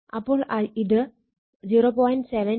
അപ്പോൾ ഇത് 0